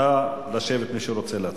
נא לשבת, מי שרוצה להצביע.